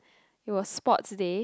it was sports day